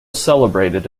celebrated